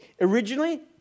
originally